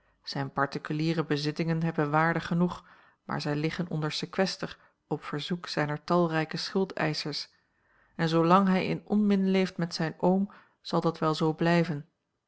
zijne particuliere bezittingen hebben waarde genoeg maar zij liggen onder sequester op verzoek zijner talrijke schuldeischers en zoolang hij in onmin leeft met zijn oom zal dat wel zoo blijven